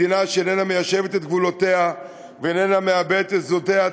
מדינה שאיננה מיישבת את גבולותיה ואיננה מעבדת את שדותיה,